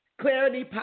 clarity